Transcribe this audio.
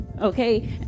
okay